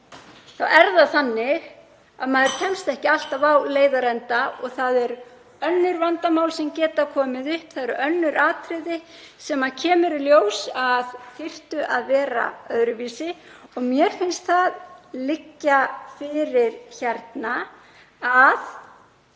er það þannig að maður kemst ekki alltaf á leiðarenda og það eru önnur vandamál sem geta komið upp, önnur atriði sem kemur í ljós að þyrftu að vera öðruvísi. Mér finnst það liggja fyrir hérna að